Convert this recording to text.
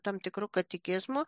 tam tikru katekizmu